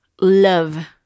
love